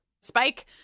Spike